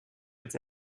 été